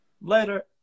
later